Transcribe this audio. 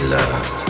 love